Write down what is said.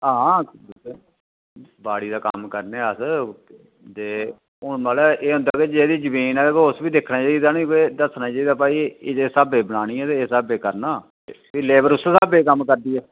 हां बाड़ी दा कम्म करने अस ते हून मतलब एह् होंदा कि जेह्दी जमीन ऐ उस बी दिक्खना चाहिदी नी भाई दस्सना चाहिदा भाई एह् स्हाबै बनानी ते इस स्हाबै करना ते फ्ही लेबर उस्सै स्हाबै कम्म करदी ऐ